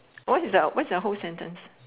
what is the what is the whole sentence